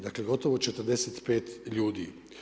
Dakle, gotovo 45 ljudi.